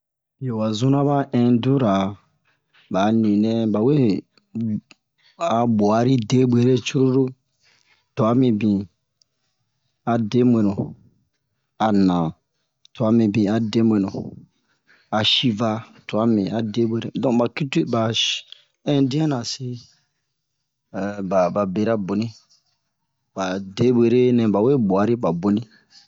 Biyo wa zuna ba indura ba'a ninɛ bawe bu a bu'ari debwere cururu twa mibin a debenu a na twa mibin a debenu a shiva twa mibin a debenu don ba kiltir ba si ba indiɛn na se ba ba bera boni ba debwere nɛ ba we bu'ari ba boni